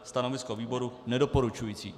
Stanovisko výboru nedoporučující.